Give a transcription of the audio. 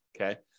Okay